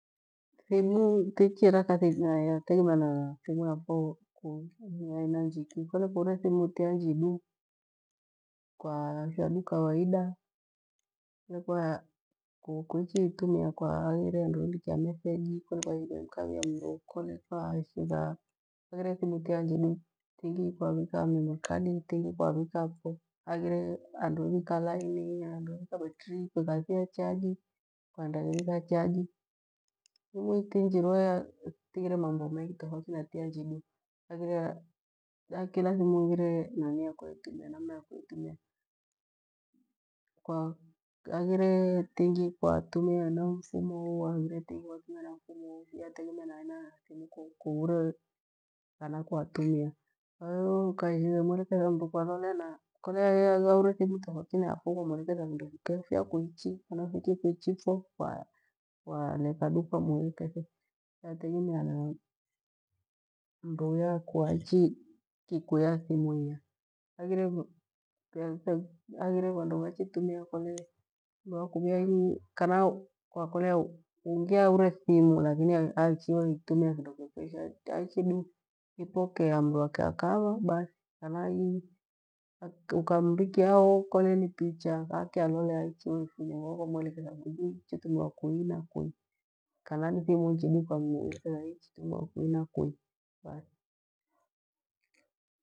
Thimu tichiira kathi yategemea na thimu yafo ni aina njiki kole kure thimu tiya njidu kwaasha du kawaida kole kuichi itumia haghire handu leandikia metheji kole kwa shigha imbavia mru kole kwa shigha haghiro thimu tiya njidu tingi, kwavika memory card, tingi kwavikafo haghire handu he vika line hadnu ha betri kuikathia chaji kwaingirachaji thimh ifi njirwe tiure mambo mengi tofauti na tiya njindu kila thimu iwe namna yakwe ye tumia haghire tingi kwa tumia hena mfumo, tingi hena mfumo wu yategemea na aina ya thimu kuure kana kwatumia, kwa hiyo ukadhigha imuelekitha mnu kwalolea na kole ure thimu tofauti ya yafo kwamuelekethafundu kikeho fundu kuichi fiya kuichi na vingi kuichifo kwa leka du yategemea na mru uya ku aichi kikuya thimu iyaa, aghire vandu vachitumia kole mr akuvia kana kwa kolea ungi aure thimu lakini aichiwe itumia kindo kyokyoshe we aichi du ipokea mru akikava bathi, ukamikia ho hole ni picha akyaloklea aichiwe ifunya kwamuelekeza kuichitumiwa kiina kui kana ni thimu njidu kwamuelekitha ichitumiwa kuinakui.